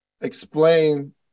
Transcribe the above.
explain